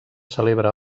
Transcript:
celebra